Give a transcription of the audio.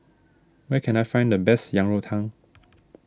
where can I find the best Yang Rou Tang